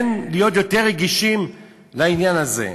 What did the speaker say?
כן להיות יותר רגישים לעניין הזה.